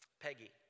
Peggy